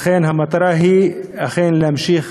לכן, המטרה היא אכן להמשיך